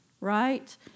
right